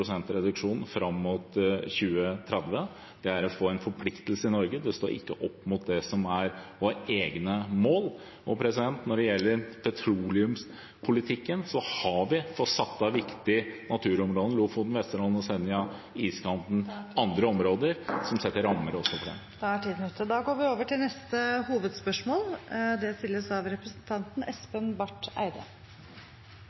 reduksjon fram mot 2030. Det å få en forpliktelse i Norge, står ikke opp mot det som er våre egne mål. Når det gjelder petroleumspolitikken, har vi fått satt av viktige naturområder – Lofoten, Vesterålen, Senja, iskanten og andre områder – som setter rammer også for det. Vi går videre til neste hovedspørsmål. I forbindelse med ratifiseringen av Parisavtalen i juni 2016 uttalte daværende stortingsrepresentant Elvestuen at det